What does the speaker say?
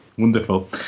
Wonderful